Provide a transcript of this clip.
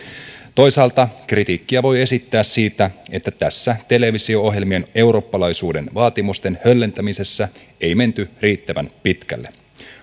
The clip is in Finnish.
toisaalta kritiikkiä voi esittää siitä että tässä televisio ohjelmien eurooppalaisuuden vaatimusten höllentämisessä ei menty riittävän pitkälle